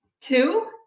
Two